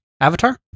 Avatar